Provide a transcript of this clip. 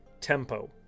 Tempo